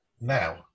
now